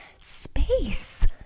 space